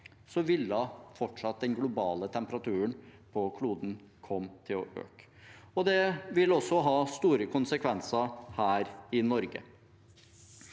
vil fortsatt den globale temperaturen på kloden komme til å øke. Det vil også ha store konsekvenser her i Norge.